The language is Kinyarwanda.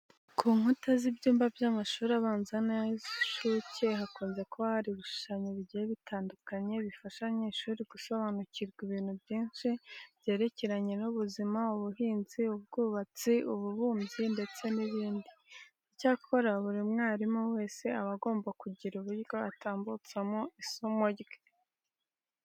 Ku nkuta z'ibyumba by'amashuri abanza n'ay'incuke hakunze kuba hari ibishushanyo bigiye bitandukanye bifasha abanyeshuri gusobanukirwa ibintu byinshi byerekeranye n'ubuzima, ubuhinzi, ubwubatsi, ububumbyi ndetse n'ibindi . Icyakora buri mwarimu wese aba agomba kugira uburyo atambutsamo isomo rye.